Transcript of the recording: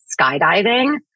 skydiving